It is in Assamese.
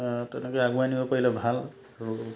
তেনেকৈ আগুৱাই নিব পাৰিলে ভাল আৰু